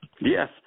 Yes